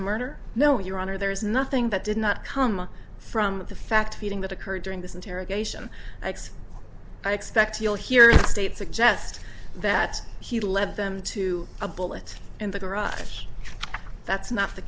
the murder no your honor there is nothing that did not come from the fact feeding that occurred during this interrogation x i expect you'll hear state suggest that he led them to a bullet in the garage that's not the